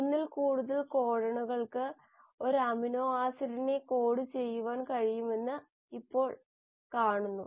ഒന്നിൽ കൂടുതൽ കോഡോണുകൾക്ക് ഒരു അമിനോ ആസിഡിനെ കോഡ് ചെയ്യാൻ കഴിയുമെന്ന് ഇപ്പോൾ കാണുന്നു